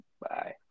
bye